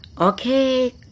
Okay